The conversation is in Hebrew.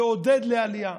ועודד לעלייה.